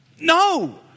No